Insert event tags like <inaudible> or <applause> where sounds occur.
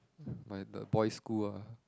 <breath> my the boys school ah